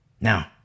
Now